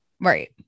Right